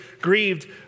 grieved